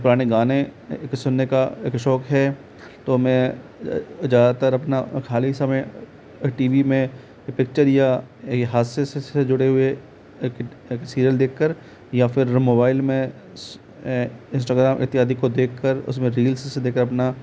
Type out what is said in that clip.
पुराने गाने एक सुनने का एक शौक़ है तो मैं ज़्यादातर अपना खाली समय टी वी में पिक्चर या हादसे से जुड़े हुए सीरियल देख कर या फिर हर मोबाइल में इंस्टाग्राम इत्यादि को देखकर उसमे रील्स देख कर अपना